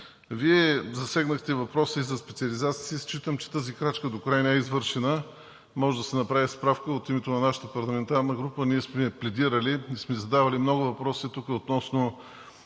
Вие засегнахте и въпроса за специализациите. Считам, че тази крачка докрай не е извършена и може да се направи справка от името на нашата парламентарна група. Ние сме пледирали и сме задавали много въпроси относно